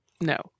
no